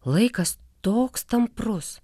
laikas toks tamprus